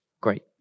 Great